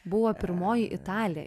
buvo pirmoji italė